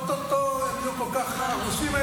או-טו-טו הם יהיו כל כך הרוסים,